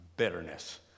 Bitterness